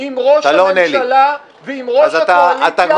אתה לא עונה לי -- עם ראש הממשלה ועם ראש הקואליציה